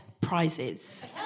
prizes